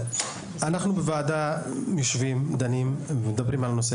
אנחנו בוועדה יושבים, דנים, מדברים על נושא.